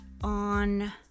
on